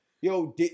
Yo